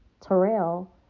Terrell